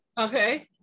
okay